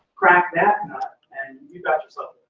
crack that nut, and you've got yourself